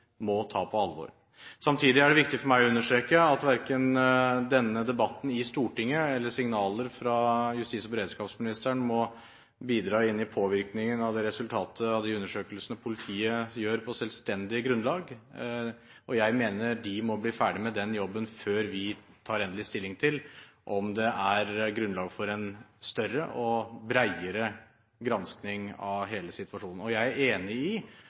må ta på alvor. Samtidig er det viktig for meg å understreke at verken denne debatten i Stortinget eller signaler fra justis- og beredskapsministeren må bidra inn i påvirkningen av resultatet av de undersøkelsene politiet gjør på selvstendig grunnlag. Jeg mener de må bli ferdige med den jobben før vi tar endelig stilling til om det er grunnlag for en større og bredere granskning av hele situasjonen. Jeg er enig i